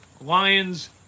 Lions